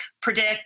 predict